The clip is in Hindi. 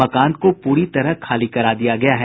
मकान को पूरी तरह खाली करा दिया गया है